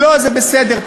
לא, זה בסדר.